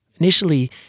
Initially